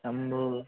Shambho